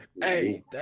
Hey